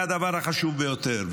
והדבר החשוב ביותר,